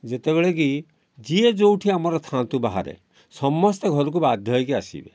ଯେତେବେଳେ କି ଯିଏ ଯେଉଁଠି ଆମର ଥାଆନ୍ତୁ ବାହାରେ ସମସ୍ତେ ଘରକୁ ବାଧ୍ୟ ହେଇକି ଆସିବେ